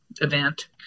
event